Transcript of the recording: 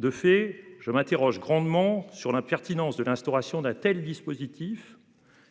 De fait, je m'interroge grandement sur la pertinence de l'instauration d'un tel dispositif